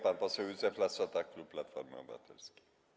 Pan poseł Józef Lassota, klub Platformy Obywatelskiej.